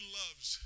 loves